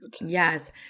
Yes